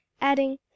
adding